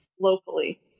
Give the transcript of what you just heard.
locally